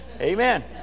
Amen